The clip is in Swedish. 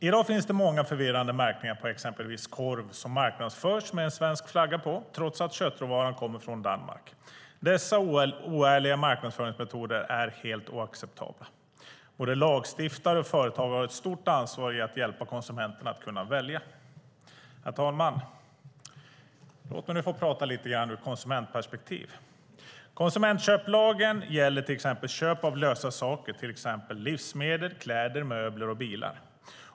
I dag finns det många förvirrande märkningar på exempelvis korv, som marknadsförs med en svensk flagga på trots att köttråvaran kommer från Danmark. Dessa oärliga marknadsföringsmetoder är helt oacceptabla. Både lagstiftare och företag har ett stort ansvar för att hjälpa konsumenterna att välja. Herr talman! Låt mig nu tala lite ur ett konsumentperspektiv. Konsumentköplagen gäller köp av lösa saker, till exempel livsmedel, kläder, möbler och bilar.